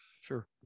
Sure